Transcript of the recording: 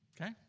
Okay